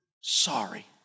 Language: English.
sorry